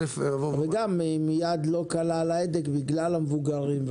וגם עם יד לא קלה על ההדק בגלל המבוגרים.